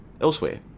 elsewhere